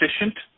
efficient